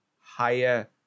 higher